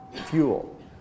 fuel